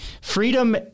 Freedom